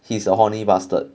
he's a horny bastard